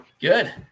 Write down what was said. good